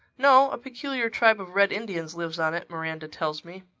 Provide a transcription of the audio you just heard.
no. a peculiar tribe of red indians lives on it, miranda tells me.